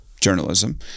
journalism